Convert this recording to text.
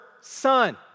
son